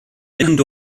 mynd